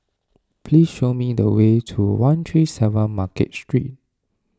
please show me the way to one three seven Market Street